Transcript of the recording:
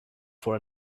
for